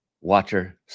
watcher